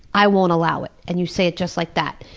i won't allow it. and you say it just like that.